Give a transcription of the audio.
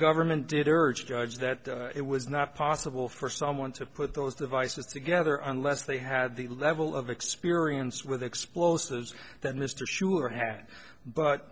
government did urge judge that it was not possible for someone to put those devices together unless they had the level of experience with explosives that mr sure had but